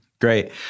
Great